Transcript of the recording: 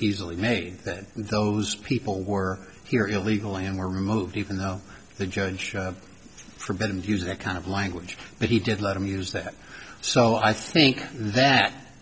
easily made that those people were here illegally and were removed even though the judge forbid and use that kind of language but he did let him use that so i think that